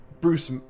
bruce